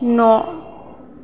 न'